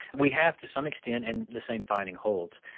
we have to some extent and the same finding holds.